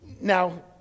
Now